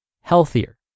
healthier